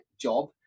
job